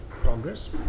Progress